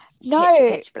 no